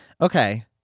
Okay